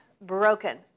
broken